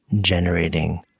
generating